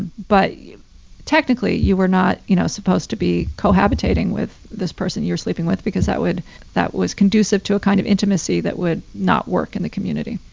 and but, technically, you were not, you know, supposed to be cohabitating with this person you're sleeping with because that would that was conducive to a kind of intimacy that would not work in the community